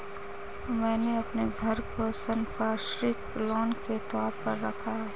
मैंने अपने घर को संपार्श्विक लोन के तौर पर रखा है